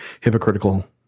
hypocritical